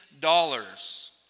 dollars